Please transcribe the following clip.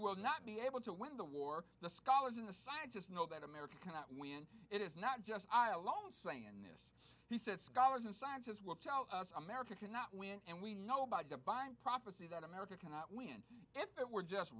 will not be able to win the war the scholars in the science just know that america cannot win it is not just i alone saying this he said scholars and scientists will tell us america cannot win and we know about divine prophecy that america cannot win if it were just